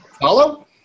Follow